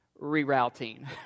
rerouting